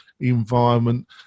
environment